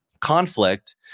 conflict